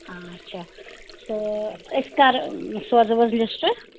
آچھا تہٕ أسۍ کَر سوزَو حظ لِسٹ